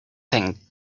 thing